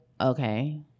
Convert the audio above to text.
okay